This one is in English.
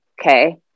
Okay